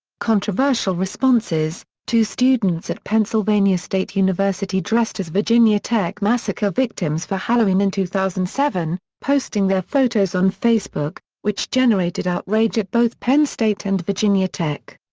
controversial responses two students at pennsylvania state university dressed as virginia tech massacre victims for halloween in two thousand and seven, posting their photos on facebook, which generated outrage at both penn state and virginia tech.